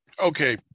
Okay